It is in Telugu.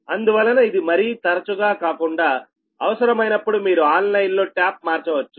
అందువలన ఇది మరీ తరచుగా కాకుండా అవసరమైనప్పుడు మీరు ఆన్ లైన్ లో ట్యాప్ మార్చవచ్చు